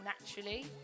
naturally